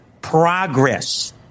progress